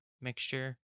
mixture